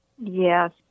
Yes